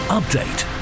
update